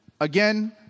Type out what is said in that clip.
again